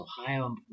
Ohio